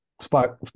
spot